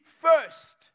first